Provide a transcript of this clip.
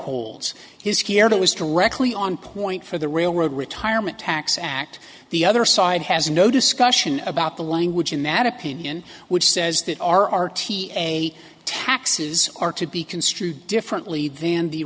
holds his care was directly on point for the railroad retirement tax act the other side has no discussion about the language in that opinion which says that r r t a taxes are to be construed differently than the